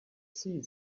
see